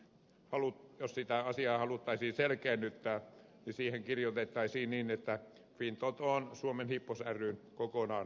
jos sitä asiaa haluttaisiin selkeennyttää siihen kirjoitettaisiin että fintoto on suomen hippos ryn kokonaan omistama osakeyhtiö